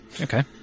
Okay